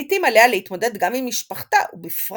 לעיתים עליה להתמודד גם עם משפחתה ובפרט